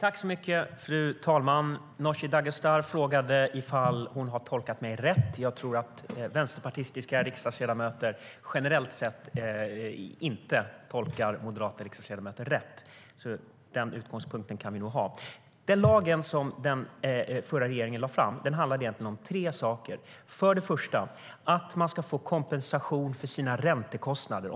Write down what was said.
Fru talman! Nooshi Dadgostar frågade ifall hon tolkade mig rätt. Jag tror att vänsterpartistiska ledamöter generellt sett inteDen lag som den förra regeringen lade fram handlade egentligen om tre saker. Först och främst ska man få kompensation för sina räntekostnader.